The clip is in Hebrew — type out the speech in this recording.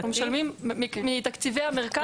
משלמים מתקציבי המרכז.